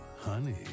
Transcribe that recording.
honey